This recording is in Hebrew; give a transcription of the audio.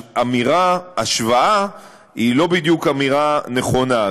ההשוואה היא לא בדיוק אמירה נכונה,